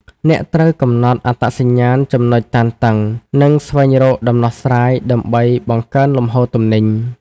អ្នកត្រូវកំណត់អត្តសញ្ញាណចំណុចតានតឹង និងស្វែងរកដំណោះស្រាយដើម្បីបង្កើនលំហូរទំនិញ។